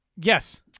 Yes